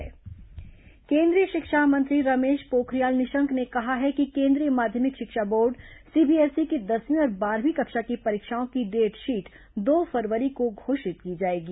Nishank CBSE केंद्रीय शिक्षा मंत्री रमेश पोखरियाल निशंक ने कहा है कि केंद्रीय माध्यमिक शिक्षा बोर्ड सीबीएसई की दसवीं और बारहवीं कक्षा की परीक्षाओं की डेटशीट दो फरवरी को घोषित की जाएगी